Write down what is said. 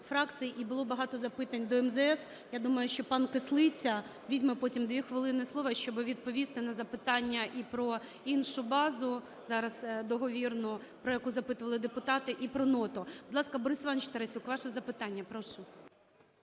фракцій. І було багато запитань до МЗС. Я думаю, що пан Кислиця візьме потім 2 хвилини слова, щоби відповісти на запитання і про іншу базу зараз договірну, про яку запитували депутати, і про ноту. Будь ласка, Борис Іванович Тарасюк, ваше запитання. Прошу.